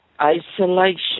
Isolation